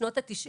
בשנות ה-90,